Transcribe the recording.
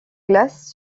glace